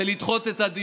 זה לדחות את הדיון.